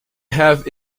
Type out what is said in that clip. have